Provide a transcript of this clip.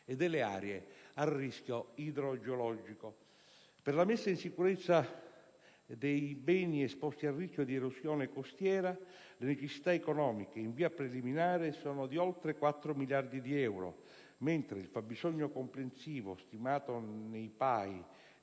e delle aree a rischio idrogeologico. Per la messa in sicurezza dei beni esposti a rischio di erosione costiera, le necessità economiche, in via preliminare, sono di oltre 4 miliardi di euro, mentre il fabbisogno complessivo, stimato nei PAI